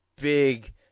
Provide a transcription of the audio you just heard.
big